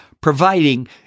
providing